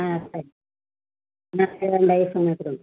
ஆ சரி நான் ரெண்டு ஐஸுமே கொடுங்க